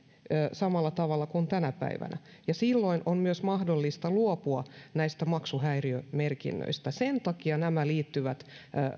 samalla tavalla kuin tänä päivänä silloin on myös mahdollista luopua maksuhäiriömerkinnöistä sen takia nämä asiat liittyvät